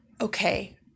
Okay